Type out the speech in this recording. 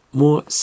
more